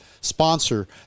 sponsor